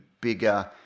bigger